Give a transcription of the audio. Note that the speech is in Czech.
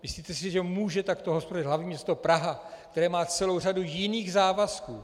Myslíte si, že může takto hospodařit hlavní město Praha, které má celou řadu jiných závazků?